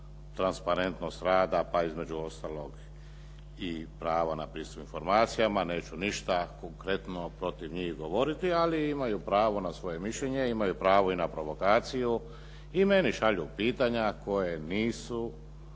transparentnost rada, pa između ostalog i pravo na pristup informacijama. Neću ništa konkretno protiv njih govoriti, ali imaju pravo na svoje mišljenje, imaju pravo i na provokaciju i meni šalju pitanja koja nisu